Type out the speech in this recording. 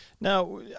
Now